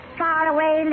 faraway